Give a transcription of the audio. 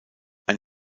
ein